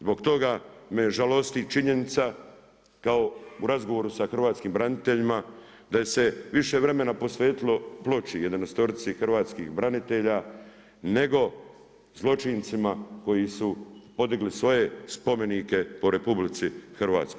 Zbog toga me žalosti činjenica kao u razgovoru sa hrvatskim braniteljima da je se više vremena posvetilo ploči 11.-orici hrvatski branitelja nego zločincima koji su podigli svoje spomenike po RH.